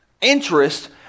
interest